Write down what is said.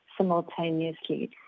simultaneously